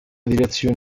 direzioni